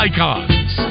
Icons